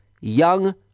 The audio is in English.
Young